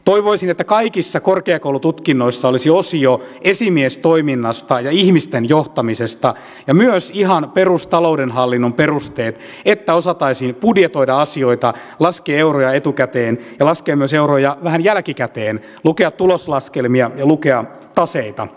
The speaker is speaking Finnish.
toivoisin että kaikissa korkeakoulututkinnoissa olisi osio esimiestoiminnasta ja ihmisten johtamisesta ja myös ihan perustaloudenhallinnon perusteet että osattaisiin budjetoida asioita laskea euroja etukäteen ja laskea euroja myös vähän jälkikäteen lukea tuloslaskelmia ja lukea taseita